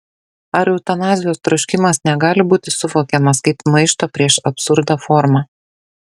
ar eutanazijos troškimas negali būti suvokiamas kaip maišto prieš absurdą forma